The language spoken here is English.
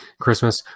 Christmas